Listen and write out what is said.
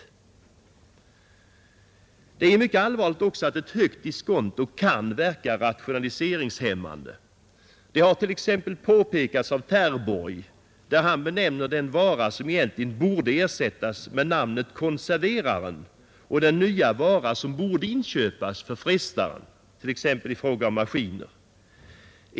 Mycket allvarligt är också att ett högt diskonto kan verka rationaliseringshämmande. Detta har t.ex. påpekats av Terborgh, som ger den vara som egentligen borde ersättas benämningen konserveraren och den nya vara som borde inköpas benämningen frestaren; det gäller exempelvis maskiner.